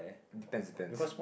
depends depends